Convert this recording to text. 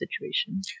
situation